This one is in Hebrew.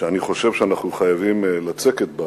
שאני חושב שאנחנו חייבים לצקת בה